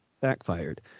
backfired